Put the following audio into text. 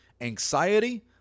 anxiety